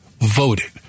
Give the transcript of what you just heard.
voted